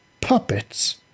Puppets